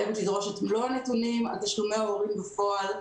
חייבת לדרוש את מלוא הנתונים על תשלומי ההורים בפועל,